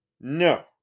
No